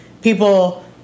people